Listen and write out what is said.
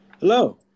hello